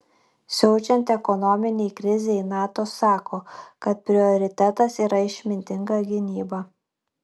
siaučiant ekonominei krizei nato sako kad prioritetas yra išmintinga gynyba